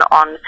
on